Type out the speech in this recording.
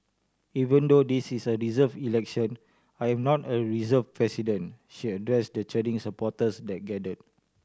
even though this is a reserved election I am not a reserved president she addressed the cheering supporters that gathered